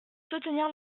soutenir